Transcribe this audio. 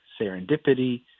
serendipity